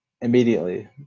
immediately